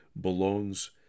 belongs